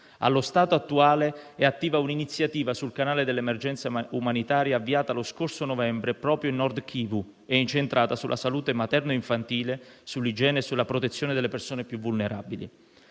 Allo stato attuale è attiva un'iniziativa sul canale delle emergenze umanitarie avviata lo scorso novembre proprio nel Nord Kivu e incentrata sulla salute materno-infantile, sull'igiene e sulla protezione delle persone più vulnerabili.